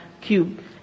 cube